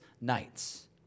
nights